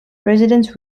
residents